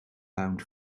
pound